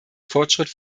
fortschritt